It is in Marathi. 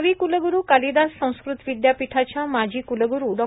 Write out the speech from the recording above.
कविकुलगुरू कालिदास संस्कृत विद्यापीठाच्या माजी कुलगुरू डॉ